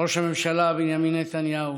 ראש הממשלה בנימין נתניהו,